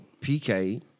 PK